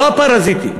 לא הפרזיטים,